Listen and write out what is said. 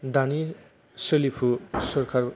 दानि सोलिफु सोरखार